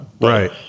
Right